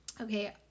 Okay